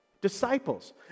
disciples